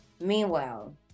Meanwhile